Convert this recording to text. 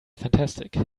fantastic